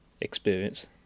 experience